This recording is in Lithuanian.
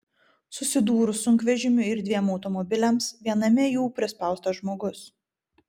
susidūrus sunkvežimiui ir dviem automobiliams viename jų prispaustas žmogus